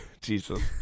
Jesus